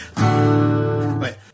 wait